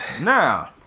Now